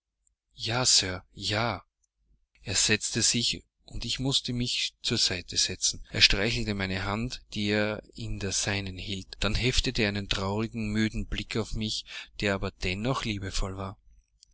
ja sir ja er setzte sich und ich mußte mich ihm zur seite setzen er streichelte meine hand die er in der seinen hielt dann heftete er einen traurigen müden blick auf mich der aber dennoch liebevoll war